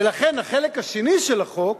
ולכן, החלק השני של החוק,